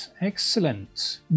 Excellent